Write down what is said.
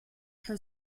her